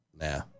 Nah